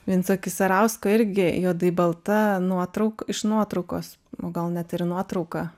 vinco kisarausko irgi juodai balta nuotrauk iš nuotraukos o gal net ir į nuotrauką